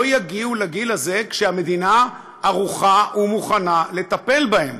יגיעו לגיל הזה כשהמדינה לא ערוכה ומוכנה לטפל בהם.